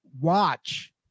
watch